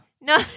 No